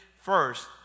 first